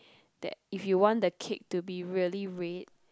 that if you want the cake to be really red